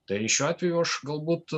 tai šiuo atveju aš galbūt